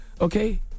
okay